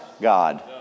God